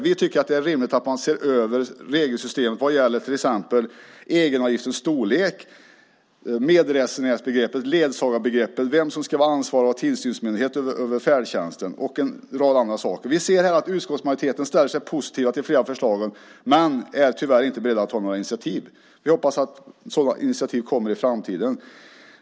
Vi tycker att det är rimligt att man ser över regelsystemet vad gäller till exempel egenavgiftens storlek, medresenärsbegreppet, ledsagarbegreppet, vilken myndighet som ska vara ansvarig för tillsynen över färdtjänsten och en rad andra saker. Utskottsmajoriteten ställer sig positiv till flera av förslagen, men är tyvärr inte beredd att ta några initiativ. Vi hoppas att sådana initiativ kommer i framtiden.